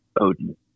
Odin